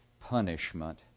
punishment